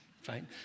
Fine